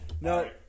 No